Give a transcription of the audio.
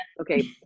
okay